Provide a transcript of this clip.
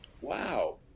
wow